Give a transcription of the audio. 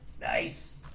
Nice